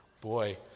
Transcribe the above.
Boy